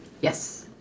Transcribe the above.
Yes